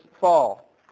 fall